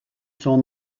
son